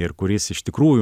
ir kuris iš tikrųjų